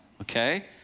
okay